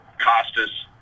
Costas